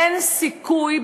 אין סיכוי,